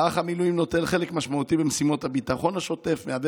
מערך המילואים נוטל חלק משמעותי במשימות הביטחון השוטף ומהווה